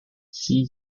see